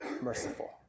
merciful